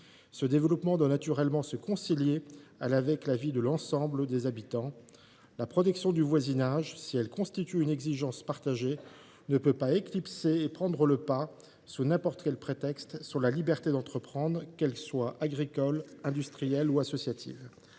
Ce développement doit naturellement se concilier avec la vie de l’ensemble des habitants. La protection du voisinage, si elle constitue une exigence partagée, ne peut éclipser ou reléguer, sous n’importe quel prétexte, la liberté d’entreprendre, qu’elle soit agricole, industrielle ou associative.